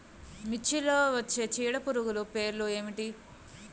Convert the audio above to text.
మిర్చిలో వచ్చే చీడపురుగులు పేర్లు ఏమిటి?